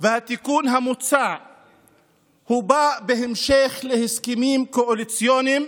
והתיקון המוצע באים בהמשך להסכמים קואליציוניים